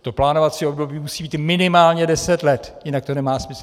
To plánovací období musí být minimálně deset let, jinak to nemá smysl.